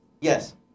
Yes